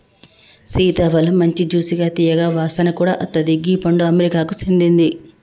సీతాఫలమ్ మంచి జ్యూసిగా తీయగా వాసన కూడా అత్తది గీ పండు అమెరికాకు సేందింది